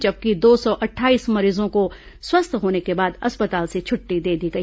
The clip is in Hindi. जबकि दो सौ अट्ठाईस मरीजों को स्वस्थ होने के बाद अस्पताल से छुट्टी दे दी गई